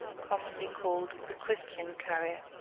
commonly called the christian carrier.